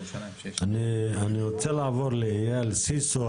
אני רוצה לעבור לאייל סיסו.